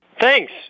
Thanks